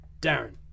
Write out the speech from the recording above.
Darren